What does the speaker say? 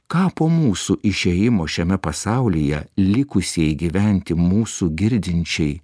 ka po mūsų išėjimo šiame pasaulyje likusieji gyventi mūsų girdinčiai